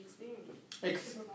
experience